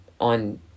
on